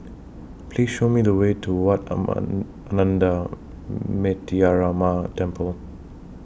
Please Show Me The Way to Wat among Ananda Metyarama Temple